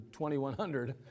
2100